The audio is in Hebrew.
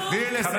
איפה?